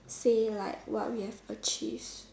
say like what we have achieved